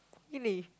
really